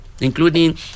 including